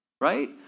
right